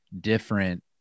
different